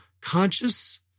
conscious